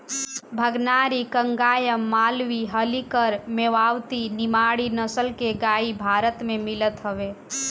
भगनारी, कंगायम, मालवी, हल्लीकर, मेवाती, निमाड़ी नसल के गाई भारत में मिलत हवे